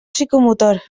psicomotor